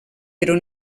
però